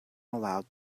allowed